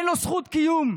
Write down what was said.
אין לו זכות קיום.